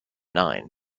nine